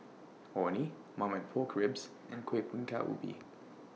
Orh Nee Marmite Pork Ribs and Kueh Bingka Ubi